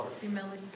Humility